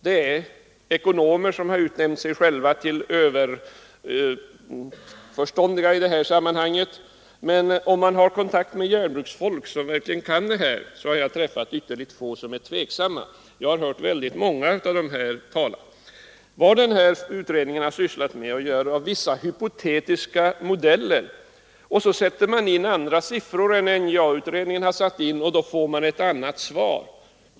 Det är ekonomer som har utnämnt sig själva till överförståndiga i detta sammanhang. Men vid kontakter med järnbruksfolk som verkligen kan saken har jag träffat ytterligt få som är tveksamma, och jag har hört väldigt många inom denna grupp tala om förslaget. Industriförbundets utredning har gjort vissa hypotetiska modeller och satt in andra siffror än NJA-utredningen, och då får man ett annat svar.